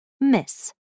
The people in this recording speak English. Miss